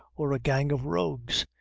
or a gang of rogues,